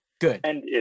Good